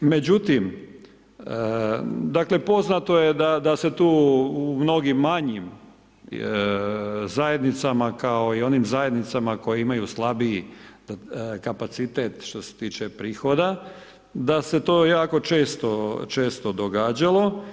Međutim, dakle poznato je da se tu u mnogim manjim zajednicama kao i onim zajednicama koje imaju slabiji kapacitet što se tiče prihoda da se to jako često događalo.